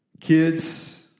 Kids